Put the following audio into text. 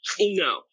No